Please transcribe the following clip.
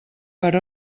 per